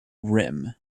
rim